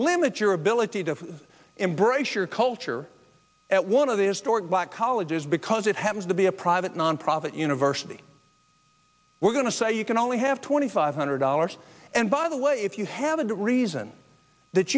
limit your ability to embrace your culture at one of the historic black colleges because it happens to be a private nonprofit university we're going to say you can only have twenty five hundred dollars and by the way if you have a good reason that